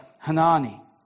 Hanani